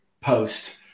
post